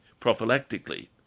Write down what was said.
prophylactically